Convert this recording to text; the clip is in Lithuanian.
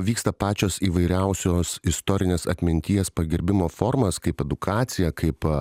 vyksta pačios įvairiausios istorinės atminties pagerbimo formas kaip edukaciją kaip